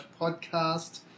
podcast